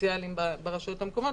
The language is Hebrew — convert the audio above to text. הסוציאליים ברשויות המקומיות,